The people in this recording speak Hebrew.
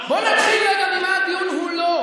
אני רק רוצה, בוא נתחיל רגע על מה הדיון הוא לא.